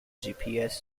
gps